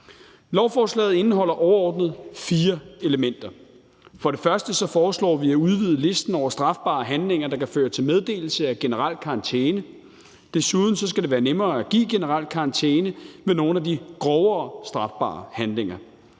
Lovforslaget indeholder overordnet fire elementer. For det første foreslår vi at udvide listen over strafbare handlinger, der kan føre til meddelelse af generel karantæne. Desuden skal det være nemmere at give generel karantæne ved nogle af de grovere strafbare handlinger.